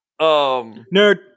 nerd